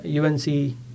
UNC